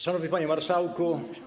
Szanowny Panie Marszałku!